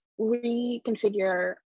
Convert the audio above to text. reconfigure